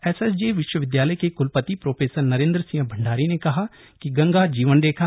SSJ विश्वविद्यालय के क्लपति प्रोफेसर नरेंद्र सिंह भंडारी ने कहा कि गंगा जीवनरेखा